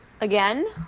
again